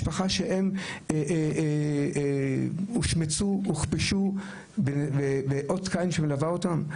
משפחה שהם הושמצו, הוכפשו ואות קין שמלווה אותם.